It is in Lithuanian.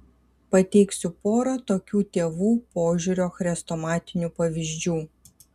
pateiksiu porą tokių tėvų požiūrio chrestomatinių pavyzdžių